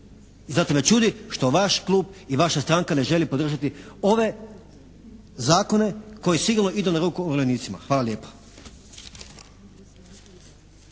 i zato me čudi što vaš klub i vaša stranka ne želi podržati ove zakone koji sigurno idu na ruku umirovljenicima. Hvala lijepa.